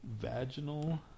Vaginal